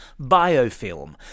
biofilm